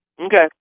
Okay